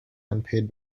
unpaid